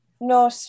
No